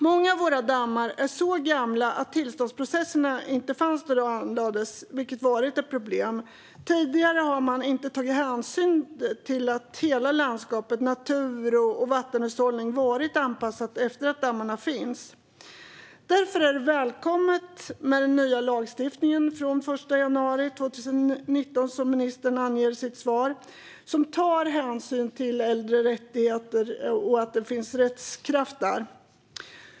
Många av våra dammar är så gamla att tillståndsprocesserna inte fanns då de anlades, vilket har varit ett problem. Tidigare har man inte tagit hänsyn till att hela landskap, natur och vattenhushållning varit anpassade efter att dammarna finns. Därför är det välkommet med den nya lagstiftningen från den 1 januari 2019, som ministern nämner i sitt svar och som tar hänsyn till äldre rättigheters rättskraft.